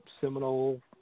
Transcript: Seminole